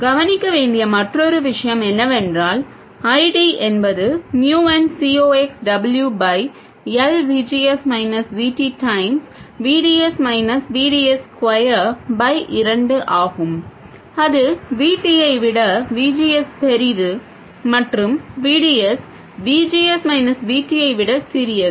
கவனிக்க வேண்டிய மற்றொரு விஷயம் என்னவென்றால் I D என்பது mu n C ox W by L V G S minus V T times V D S minus V D S square by இரண்டு ஆகும் அது V T ஐ விட V G S பெரியது மற்றும் V D S V G S minus V T ஐ விட சிறியது